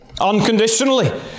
Unconditionally